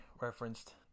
Referenced